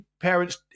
parents